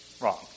Wrong